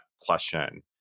question